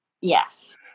Yes